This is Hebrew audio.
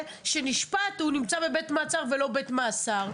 שנשפט נמצא בבית מעצר ולא בית מאסר,